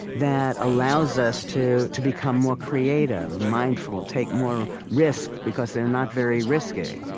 that allows us to to become more creative, mindful, take more risks, because they're not very risky,